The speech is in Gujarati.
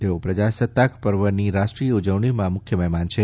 તેઓ પ્રજાસત્તાક પર્વની રાષ્ટ્રીય ઉજવણીમાં મુખ્ય મહેમાન છે